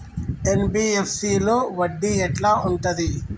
NBFC లో వడ్డీ ఎట్లా ఉంటది?